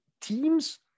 teams